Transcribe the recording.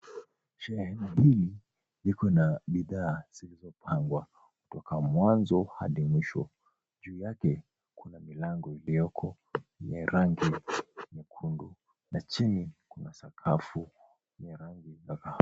Shehena hili liko na bidhaa zilizopangwa kutoka mwanzo hadi mwisho. Juu yake kuna rangi iliyoko ya rangi nyekundu na chini kuna sakafu ya rangi ya dhahabu.